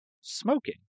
smoking